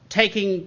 taking